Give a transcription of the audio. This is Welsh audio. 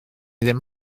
ddim